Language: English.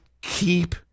keep